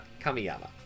Kamiyama